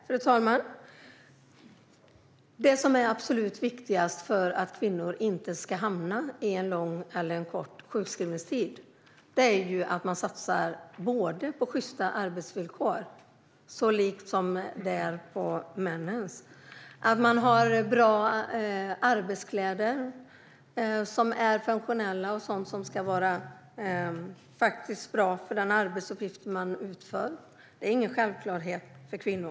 Fru talman! Det som är absolut viktigast för att kvinnor inte ska hamna i en lång eller en kort sjukskrivning är ju att man satsar på sjysta arbetsvillkor så lika männens som möjligt och att det finns bra och funktionella arbetskläder som är avpassade för den arbetsuppgift som utförs. Det är ingen självklarhet för kvinnor.